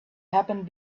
happened